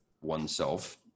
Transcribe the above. oneself